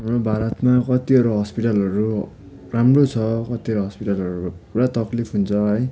भारतमा कतिवटा हस्पिटलहरू राम्रो छ कतिवटा हस्पिटलहरू पुरा तक्लिफ हुन्छ है